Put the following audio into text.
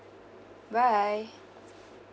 bye